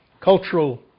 cultural